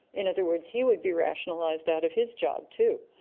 in other words, he would be rationalised out of his job too.